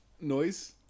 noise